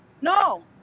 No